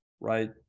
right